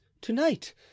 tonight